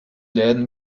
läden